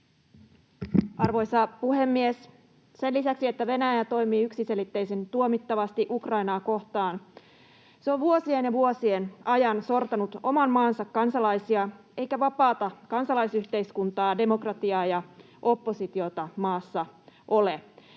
Arvoisa puhemies! Sen lisäksi, että Venäjä toimii yksiselitteisen tuomittavasti Ukrainaa kohtaan, se on vuosien ja vuosien ajan sortanut oman maansa kansalaisia, eikä vapaata kansalaisyhteiskuntaa, demokratiaa ja oppositiota maassa ole.